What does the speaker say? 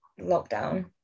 lockdown